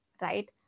right